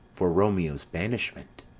for romeo's banishment.